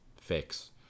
fix